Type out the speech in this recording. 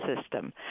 system